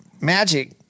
magic –